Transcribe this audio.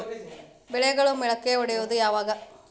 ಬೆಳೆಗಳು ಮೊಳಕೆ ಒಡಿಯೋದ್ ಯಾವಾಗ್?